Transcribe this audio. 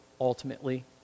ultimately